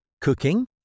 cooking